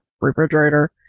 refrigerator